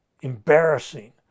Embarrassing